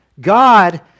god